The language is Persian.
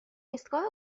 ایستگاه